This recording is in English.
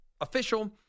official